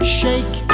shake